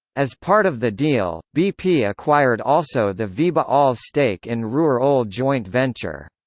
as part of the deal, bp acquired also the veba ol's stake in ruhr ol joint venture.